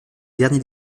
derniers